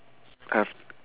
have